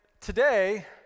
today